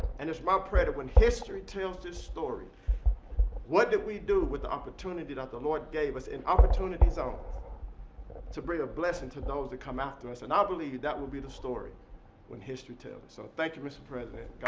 and it's my prayer that when history tells this story what did we do with the opportunity that the lord gave us in opportunities zones to bring a blessing to those that come after us? and i ah believe that will be the story when history tells it. so thank you, mr. president.